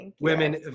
women